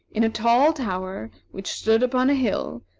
in a tall tower which stood upon a hill,